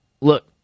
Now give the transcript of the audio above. look